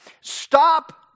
Stop